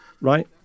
right